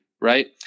Right